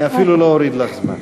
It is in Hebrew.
אני אפילו לא אוריד לך זמן.